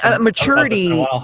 maturity